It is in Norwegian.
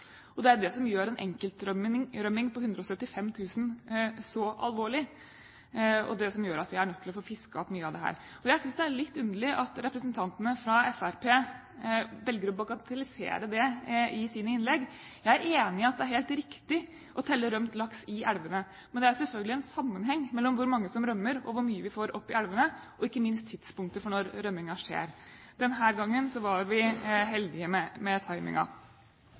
Det er det som gjør en enkeltrømming på 175 000 så alvorlig, og det som gjør at vi er nødt til å få fisket opp mye av dette. Jeg synes det er litt underlig at representantene fra Fremskrittspartiet velger å bagatellisere dette i sine innlegg. Jeg er enig i at det er helt riktig å telle rømt laks i elvene. Men det er selvfølgelig en sammenheng mellom hvor mange som rømmer og hvor mye vi får opp i elvene – og ikke minst tidspunktet for rømmingen. Denne gangen var vi heldige med